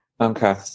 Okay